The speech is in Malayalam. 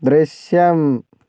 ദൃശ്യം